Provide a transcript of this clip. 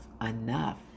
enough